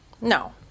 No